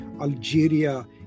Algeria